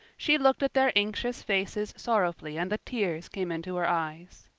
she looked at their anxious faces sorrowfully and the tears came into her eyes.